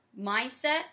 mindset